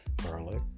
Garlic